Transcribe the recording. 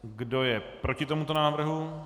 Kdo je proti tomuto návrhu?